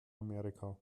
amerika